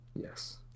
Yes